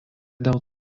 dėl